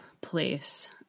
place